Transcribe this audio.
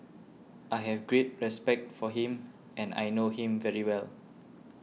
I have great respect for him and I know him very well